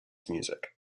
music